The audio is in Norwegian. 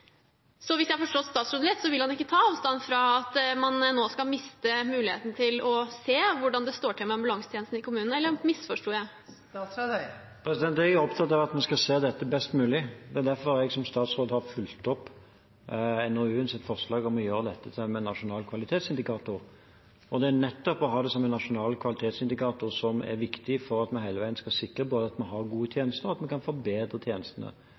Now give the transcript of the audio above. Hvis jeg har forstått statsråden rett, vil han ikke ta avstand fra at man nå skal miste muligheten til å se hvordan det står til med ambulansetjenesten i kommunene. Eller misforsto jeg? Jeg er opptatt av at en skal se dette best mulig. Det er derfor jeg som statsråd har fulgt opp NOU-ens forslag om å gjøre dette til en nasjonal kvalitetsindikator. Det er nettopp å ha det som en nasjonal kvalitetsindikator som er viktig for at vi hele veien skal være sikre på at vi har gode tjenester, og at vi kan forbedre tjenestene,